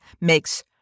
makes